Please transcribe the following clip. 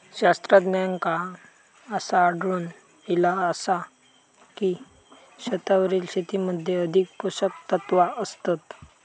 शास्त्रज्ञांका असा आढळून इला आसा की, छतावरील शेतीमध्ये अधिक पोषकतत्वा असतत